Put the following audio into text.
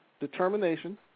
determination